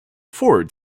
forward